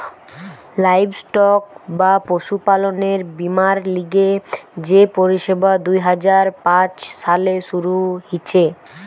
livestock বা পশুপালনের বীমার লিগে যে পরিষেবা দুই হাজার পাঁচ সালে শুরু হিছে